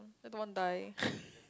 I don't want die